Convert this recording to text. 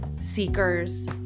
seekers